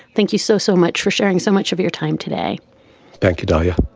thank you so, so much for sharing so much of your time today thank you, dalia.